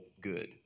good